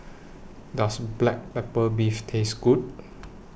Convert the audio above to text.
Does Black Pepper Beef Taste Good